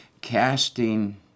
casting